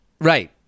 Right